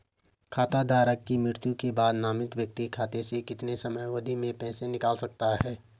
खाता धारक की मृत्यु के बाद नामित व्यक्ति खाते से कितने समयावधि में पैसे निकाल सकता है?